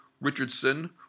Richardson